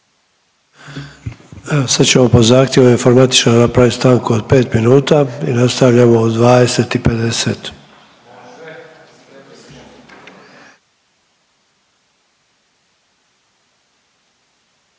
Sad ćemo po zahtjevu informatičara napravit stanku od 5 minuta i nastavljamo u 20,50.